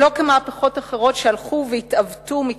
שלא כמהפכות אחרות שהלכו והתעוותו כשהן